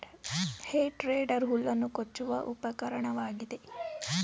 ಹೇ tedder ಹುಲ್ಲನ್ನು ಕೊಚ್ಚುವ ಉಪಕರಣವಾಗಿದೆ